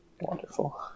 Wonderful